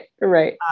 Right